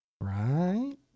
Right